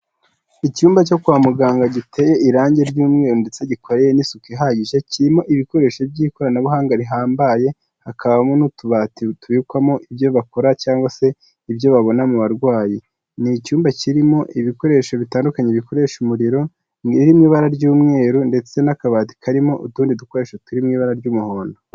Icyumba cyo kwa muganga giteye irangi ry'umweru ndetse gikoreye n'isuka ihagije kirimo ibikoresho by'ikoranabuhanga rihambaye, hakabamo n'utubati tubikwamo ibyo bakora cyangwa se ibyo babona mu barwayi, ni icyumba kirimo ibikoresho bitandukanye bikoresha umuriro, ibiri mu ibara ry'umweru ndetse n'akabati karimo utundi dukoresho turi mu ibara ry'umuhondo.